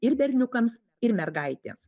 ir berniukams ir mergaitėms